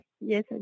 Yes